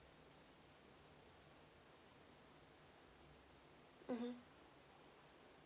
mmhmm